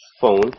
phone